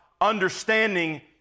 understanding